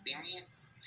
experience